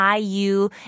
IU